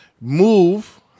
move